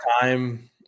time